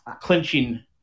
clinching